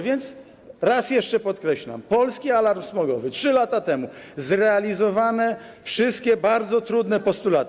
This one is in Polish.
Więc raz jeszcze podkreślam: Polski Alarm Smogowy, 3 lata temu - zrealizowane wszystkie bardzo trudne postulaty.